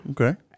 Okay